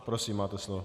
Prosím, máte slovo.